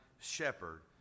shepherd